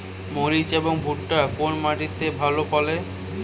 মরিচ এবং ভুট্টা কোন মাটি তে ভালো ফলে?